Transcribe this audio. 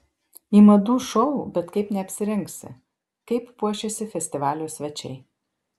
į madų šou bet kaip neapsirengsi kaip puošėsi festivalio svečiai